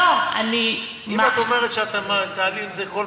אה, אז את מאמינה שזה לא ייפתר.